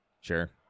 Sure